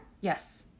yes